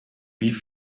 wie